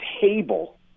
table